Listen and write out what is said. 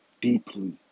deeply